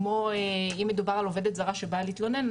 כמו אם מדובר על עובדת זרה שבאה להתלונן,